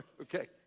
Okay